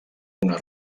una